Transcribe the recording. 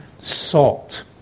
salt